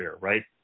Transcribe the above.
right